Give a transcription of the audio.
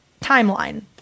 timeline